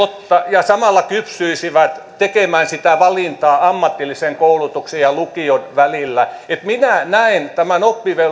ja samalla kypsyisivät tekemään sitä valintaa ammatillisen koulutuksen ja lukion välillä minä näen tämän